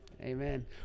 Amen